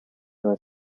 was